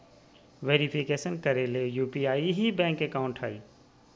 verification करे ले UPI ही बैंक अकाउंट हइ